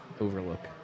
Overlook